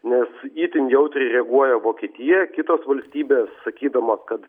nes ji itin jautriai reaguoja vokietija kitos valstybės sakydama kad